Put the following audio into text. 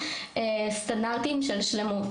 סטנדרטים של שלמות,